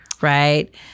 right